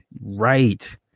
Right